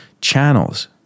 channels